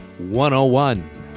101